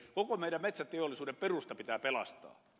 koko meidän metsäteollisuuden perusta pitää pelastaa